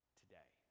today